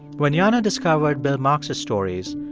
when jana discovered bill marx's stories,